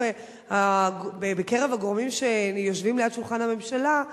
בקרב הגורמים שיושבים ליד שולחן הממשלה,